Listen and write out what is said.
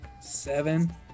Seven